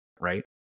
right